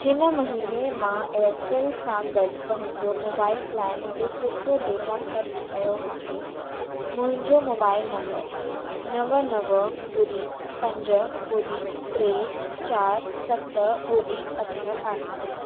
हिन महीने मां एयरसेल सां ॻॾु पंहिंजो मोबाइल प्लैन ते केतिरो डेटा ख़र्च कयो आहे मुंहिंजो मोबाइल नम्बर नव नव ॿुड़ी पंज ॿुड़ी टे चारि सत ॿुड़ी अठ आहे